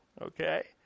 Okay